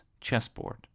chessboard